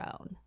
own